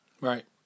Right